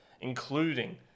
including